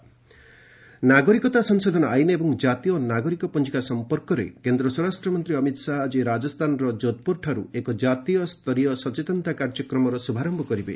Amit Shah CAA ନାଗରିକତା ସଂଶୋଧନ ଆଇନ ଏବଂ ଜାତୀୟ ନାଗରିକ ପଞ୍ଜିକା ସଂପର୍କରେ କେନ୍ଦ୍ର ସ୍ୱରାଷ୍ଟ୍ରମନ୍ତ୍ରୀ ଅମିତ ଶାହା ଆଜି ରାଜସ୍ଥାନର ଯୋଧପୁରଠାରୁ ଏକ ଜାତୀୟ ସ୍ତରୀୟ ସଚେତନତା କାର୍ଯ୍ୟକ୍ରମର ଶୁଭାରମ୍ଭ କରିବେ